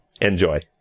Enjoy